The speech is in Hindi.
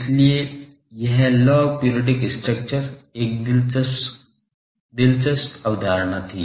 इसलिए यह लॉग पीरिऑडिक स्ट्रक्चर एक दिलचस्प अवधारणा थी